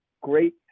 great